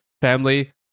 family